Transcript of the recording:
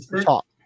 talk